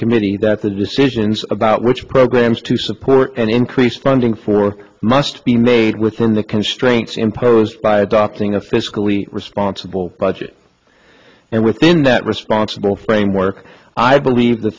committee that the decisions about which programs to support and increased funding for must be made within the constraints imposed by adopting a fiscally responsible budget and within that responsible framework i believe the